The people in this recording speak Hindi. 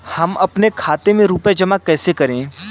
हम अपने खाते में रुपए जमा कैसे करें?